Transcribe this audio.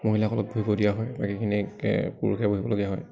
মহিলাসকলক বহিব দিয়া হয় বাকীখিনি পুৰুষে বহিবলগীয়া হয়